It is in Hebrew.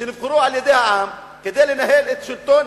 שנבחרו על-ידי העם כדי לנהל את השלטון,